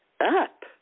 up